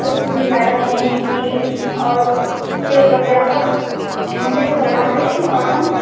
अऽ सुज्जी मैदा चिन्नी घी आओर तेल वगैरहके तेलसब राखै छी आओर हम